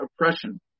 oppression